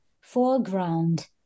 foreground